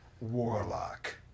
warlock